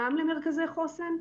גם למרכזי חוסן,